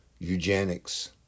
Eugenics